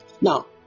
Now